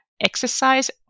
exercise